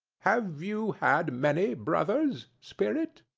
have you had many brothers, spirit?